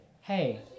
hey